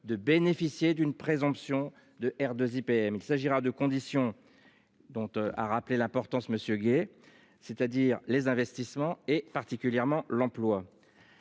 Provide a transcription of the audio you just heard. de bénéficier d'une présomption de R 2, IBM, il s'agira de conditions. Dont rappelé l'importance monsieur Gay, c'est-à-dire les investissements et particulièrement l'emploi.